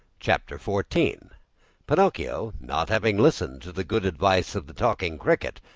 chapter fourteen pinocchio, not having listened to the good advice of the talking cricket,